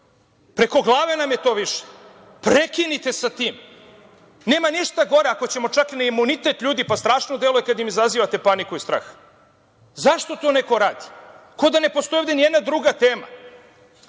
Preko glave nam je to više. Prekinite sa tim! Nema ništa gore. Ako ćemo čak i na imunitet ljudi, pa, strašno deluje kada im izazivate paniku i strah. Zašto to neko radi? Kao da ovde ne postoji nijedna druga tema.